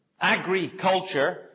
agriculture